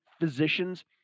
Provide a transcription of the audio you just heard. physicians